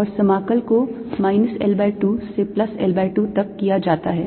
और समाकल को minus L by 2 से plus L by 2 तक किया जाता है